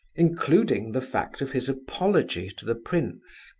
including the fact of his apology to the prince.